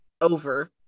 over